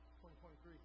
2023